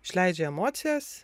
išleidžia emocijas